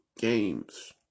games